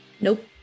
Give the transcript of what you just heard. Nope